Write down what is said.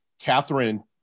Catherine